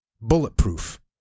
bulletproof